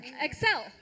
Excel